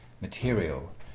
material